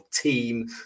team